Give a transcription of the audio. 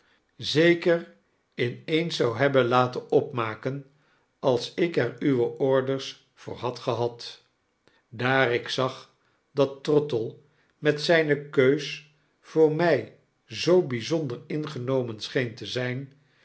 zeker in eens zou hebben laten opmaken als ik er uwe orders voor had gehad daar ik zag dat trottle met zyne keus voor my zoo byzonder ingenomen scheen te zp